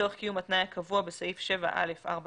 לצורך קיום התנאי הקבוע בסעיף 7(א)(4)(א)